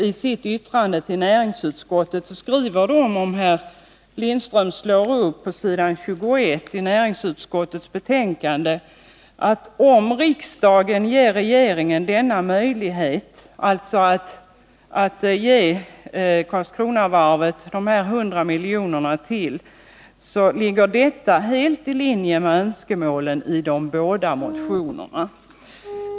I sitt yttrande till näringsutskottet skriver försvarsutskottet — Ralf Lindström kan slå upp det på s. 21 i näringsutskottets betänkande — att om riksdagen ger regeringen denna möjlighet, dvs. att ge Karlskronavarvet dessa ytterligare 100 miljoner, så ligger detta helt i linje med önskemålen i de båda motionerna.